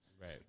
Right